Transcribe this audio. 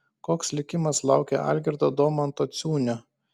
koks likimas laukia algirdo domanto ciūnio